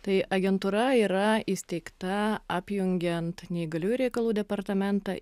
tai agentūra yra įsteigta apjungiant neįgaliųjų reikalų departamentą